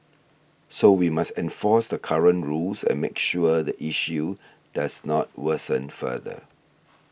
so we must enforce the current rules and make sure the issue does not worsen further